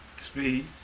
Speed